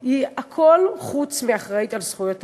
היא הכול חוץ מאחראית לזכויות אדם.